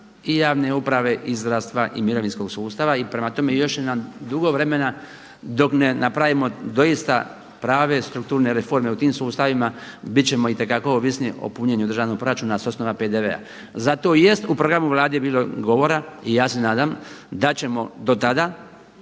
i javne uprave i zdravstva i mirovinskog sustava. I prema tome, još će nam dugo vremena dok ne napravimo doista prave strukturne reforme u tim sustavima bit ćemo itekako ovisni o punjenju državnog proračuna sa osnova PDV-a. Zato i jest u programu Vlade bilo govora i ja se nadam da ćemo do tada,